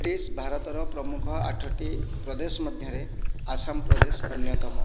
British ଭାରତର ପ୍ରମୁଖ ଆଠଟି ପ୍ରଦେଶ ମଧ୍ୟରେ ଆସାମ ପ୍ରଦେଶ ଅନ୍ୟତମ